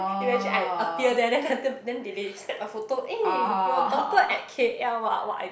imagine I appear there then then they they snap my photo eh your daughter at K_L ah !wah! I